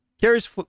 Carrie's